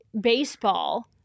baseball